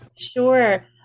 Sure